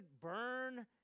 burn